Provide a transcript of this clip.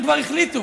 הם כבר החליטו.